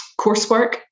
coursework